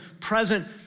present